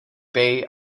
bay